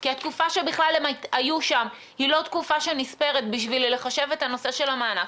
כי התקופה שהם היו שם היא לא תקופה שנספרת בשביל לחשב את המענק.